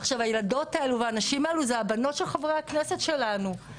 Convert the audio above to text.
עכשיו הילדות האלו והנשים האלו זה הבנות של חברי הכנסת שלנו,